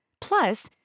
Plus